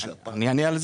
אני אענה על זה.